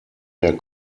der